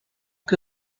que